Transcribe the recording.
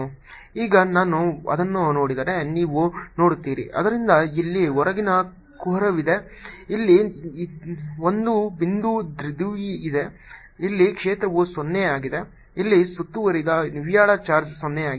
ಈಗ ನಾನು ಅದನ್ನು ನೋಡಿದರೆ ನೀವು ನೋಡುತ್ತೀರಿ ಆದ್ದರಿಂದ ಇಲ್ಲಿ ಒಳಗಿನ ಕುಹರವಿದೆ ಇಲ್ಲಿ ಒಂದು ಬಿಂದು ದ್ವಿಧ್ರುವಿ ಇದೆ ಇಲ್ಲಿ ಕ್ಷೇತ್ರವು 0 ಆಗಿದೆ ಇಲ್ಲಿ ಸುತ್ತುವರಿದ ನಿವ್ವಳ ಚಾರ್ಜ್ 0 ಆಗಿದೆ